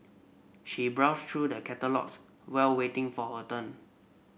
she browsed through the catalogues while waiting for her turn